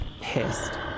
pissed